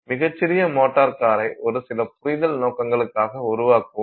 மிகச் சிறிய மோட்டார் காரை ஒரு சில புரிதல் நோக்கங்களுக்காக உருவாக்குவோம்